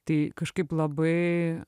tai kažkaip labai